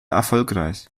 erfolgreich